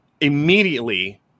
immediately